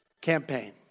campaign